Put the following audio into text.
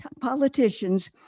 politicians